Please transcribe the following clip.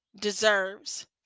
deserves